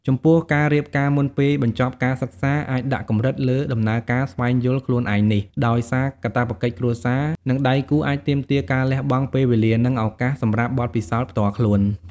ចំពោះការរៀបការមុនពេលបញ្ចប់ការសិក្សាអាចដាក់កម្រិតលើដំណើរការស្វែងយល់ខ្លួនឯងនេះ ដោយសារកាតព្វកិច្ចគ្រួសារ និងដៃគូអាចទាមទារការលះបង់ពេលវេលា និងឱកាសសម្រាប់បទពិសោធន៍ផ្ទាល់ខ្លួន។